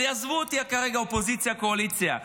עזבו אותי כרגע אופוזיציה קואליציה.